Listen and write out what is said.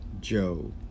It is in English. Joe